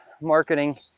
marketing